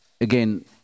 Again